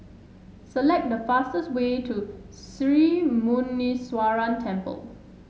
select the fastest way to Sri Muneeswaran Temple